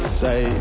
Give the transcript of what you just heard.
say